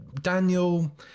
Daniel